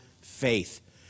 faith